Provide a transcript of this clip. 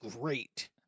great